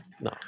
No